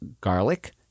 garlic